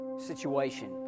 Situation